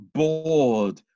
bored